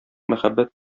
мәхәббәт